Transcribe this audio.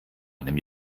einem